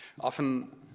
Often